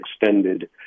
extended